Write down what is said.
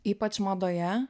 ypač madoje